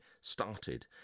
started